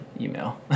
email